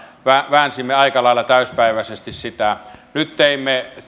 väänsimme aika lailla täysipäiväisesti sitä nyt teimme